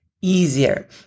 easier